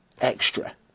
extra